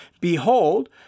Behold